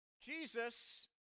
Jesus